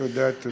תודה, תודה.